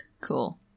Cool